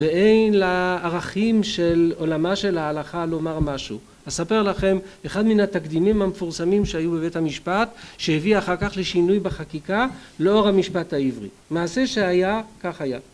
ואין לערכים של עולמה של ההלכה לומר משהו. אספר לכם אחד מן התקדימים המפורסמים שהיו בבית המשפט שהביא אחר כך לשינוי בחקיקה לאור המשפט העברי. מעשה שהיה כך היה